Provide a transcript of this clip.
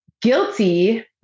guilty